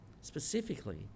specifically